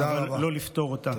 אבל לא לפתור אותה.